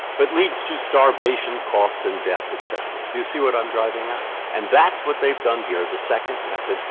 but leads to starvation, cost and death, et cetera. do you see what i'm driving at? and that's what they've done here, the second method.